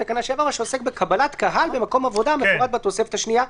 שעוסק בקבלת בקהל במקום עבודה המפורט בתוספת השנייה -- כן.